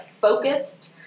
focused